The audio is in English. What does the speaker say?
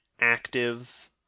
active